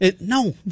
no